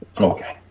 Okay